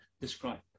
describe